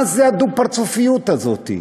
מה זה הדו-פרצופיות הזאת?